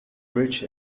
rich